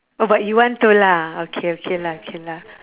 oh but you want to lah okay okay lah K lah